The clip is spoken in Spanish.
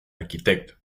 arquitecto